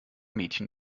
mädchen